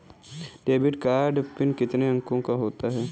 Debit card PIN कितने अंकों का होता है?